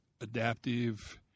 adaptive